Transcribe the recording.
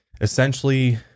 essentially